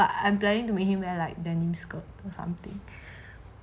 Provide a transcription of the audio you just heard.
but I am planning to make him wear like denim skirt or something